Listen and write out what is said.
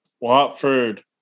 Watford